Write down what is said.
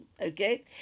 okay